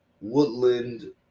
woodland